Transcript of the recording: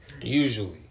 usually